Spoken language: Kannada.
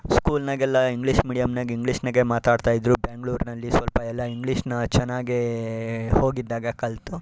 ಸ್ಕೂಲ್ನಾಗೆಲ್ಲ ಇಂಗ್ಲೀಷ್ ಮೀಡಿಯಮ್ನಾಗೆ ಇಂಗ್ಲೀಷ್ನಾಗೆ ಮಾತಾಡ್ತಾ ಇದ್ದರು ಬೆಂಗಳೂರ್ನಲ್ಲಿ ಸ್ವಲ್ಪ ಎಲ್ಲ ಇಂಗ್ಲೀಷನ್ನ ಚೆನ್ನಾಗೇ ಹೋಗಿದ್ದಾಗ ಕಲಿತು